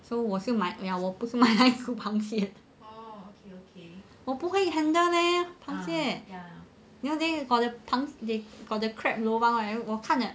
so 我是买我不是买来煮螃蟹的我不会 handle leh 螃蟹 ya nowadays got the crab lobang right 我看了